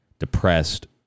depressed